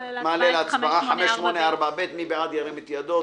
מעלה להצבעה את 584ב. מי בעד ירים את ידו.